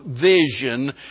vision